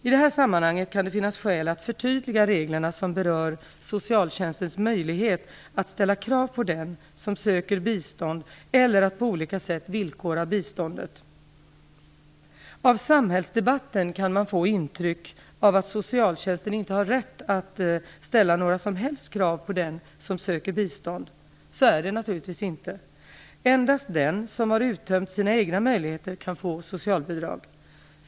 I det här sammanhanget kan det finnas skäl att förtydliga reglerna som berör socialtjänstens möjlighet att ställa krav på den som söker bistånd eller att på olika sätt villkora biståndet. Av samhällsdebatten kan man få intryck av att socialtjänsten inte har rätt att ställa några som helst krav på den som söker bistånd. Så är det naturligvis inte. Endast den som har uttömt sina egna möjligheter kan få socialbidrag.